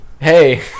Hey